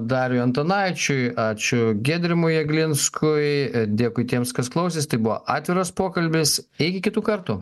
dariui antanaičiui ačiū giedrimui eglinskui dėkui tiems kas klausės tai buvo atviras pokalbis iki kitų kartų